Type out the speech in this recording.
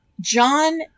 John